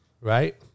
right